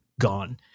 gone